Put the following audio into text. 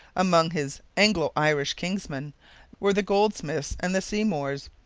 among his anglo-irish kinsmen were the goldsmiths and the seymours.